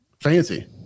Fancy